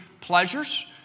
pleasures